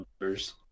numbers